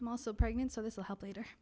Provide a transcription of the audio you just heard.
i'm also pregnant so this will help later